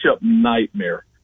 nightmare